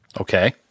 okay